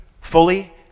fully